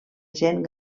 gent